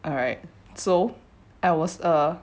alright so I was uh